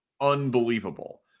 unbelievable